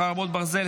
חרבות ברזל),